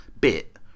bit